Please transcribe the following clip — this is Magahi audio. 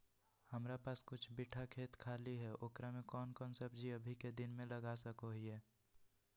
हमारा पास कुछ बिठा खेत खाली है ओकरा में कौन कौन सब्जी अभी के दिन में लगा सको हियय?